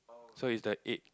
so is the eight